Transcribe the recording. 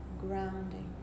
grounding